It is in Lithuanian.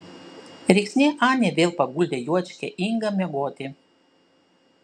rėksnė anė vėl paguldė juočkę ingą miegoti